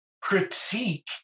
critique